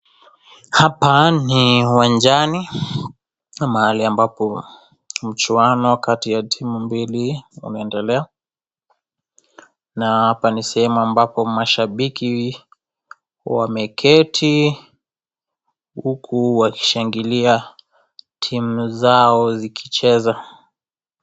Hapa ni uwanjani, mahali ambapo mchuano kati ya timu mbili unaendelea na hapa ni sehemu ambapo mashabiki wameketi, huku wakishangilia timu zao zikicheza.